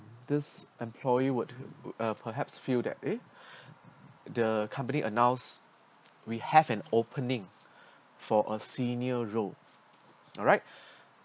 this employee would uh perhaps feel that eh the company announced we have an opening for a senior role alright